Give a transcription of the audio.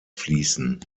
fließen